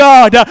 God